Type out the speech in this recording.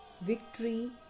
victory